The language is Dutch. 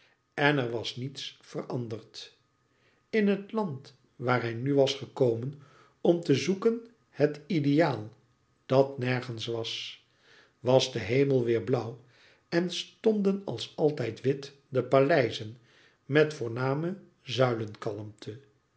niets veranderd in het land waar hij nu was gekomen om te zoeken het ideaal dat nergens was was de hemel weêr blauw en stonden als altijd wit de paleizen met voorname